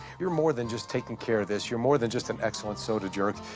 you're more than just taking care of this. you're more than just an excellent soda jerk.